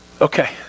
Okay